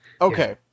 Okay